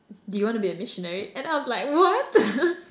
do you want be a missionary and I was like what